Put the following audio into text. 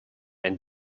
and